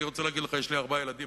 אני רוצה להגיד לך שיש לי ארבעה ילדים.